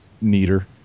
neater